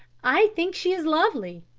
i think she's lovely.